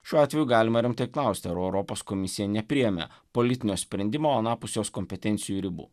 šiuo atveju galima rimtai klausti ar europos komisija nepriėmė politinio sprendimo anapus jos kompetencijų ribų